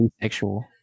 asexual